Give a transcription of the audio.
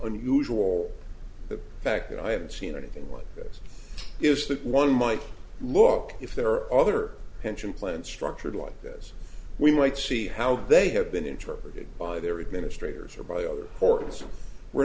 unusual the fact that i haven't seen anything like this is that one might look if there are other pension plans structured like this we might see how they have been interpreted by their administrators or